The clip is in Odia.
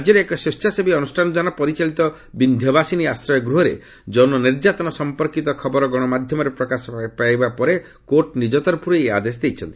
ରାଜ୍ୟରେ ଏକ ସ୍ୱେଚ୍ଛାସେବୀ ଅନୁଷ୍ଠାନଦ୍ୱାରା ପରିଚାଳିତ ବିନ୍ଧ୍ୟବାସିନୀ ଆଶ୍ରୟ ଗୃହରେ ଯୌନ ନିର୍ଯାତନା ସମ୍ପର୍କିତ ଖବର ଗଣମାଧ୍ୟମରେ ପ୍ରକାଶ ପାଇବା ପରେ କୋର୍ଟ ନିଜ ତରଫରୁ ଏହି ଆଦେଶ ଦେଇଛନ୍ତି